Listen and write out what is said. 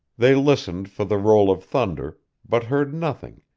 they listened for the roll of thunder, but heard nothing,